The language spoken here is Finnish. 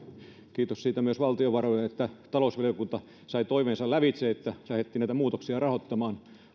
kiitos siitä myös valtiovaroille että talousvaliokunta sai toiveensa lävitse ja lähdettiin näitä muutoksia rahoittamaan